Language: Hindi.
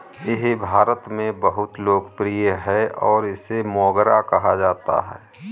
यह भारत में बहुत लोकप्रिय है और इसे मोगरा कहा जाता है